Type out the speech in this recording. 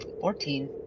Fourteen